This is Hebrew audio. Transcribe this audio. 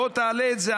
בוא תעלה את זה,